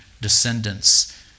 descendants